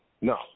no